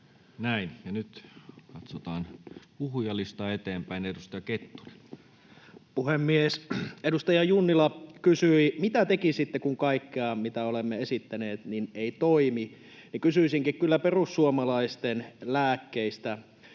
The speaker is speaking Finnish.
Näin. — Ja nyt katsotaan puhujalistaa eteenpäin. — Edustaja Kettunen. Puhemies! Kun edustaja Junnila kysyi, mitä tekisitte, kun kaikki, mitä olemme esittäneet, ei toimi, niin kysyisinkin kyllä perussuomalaisten lääkkeistä.